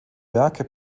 werke